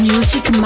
Music